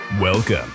Welcome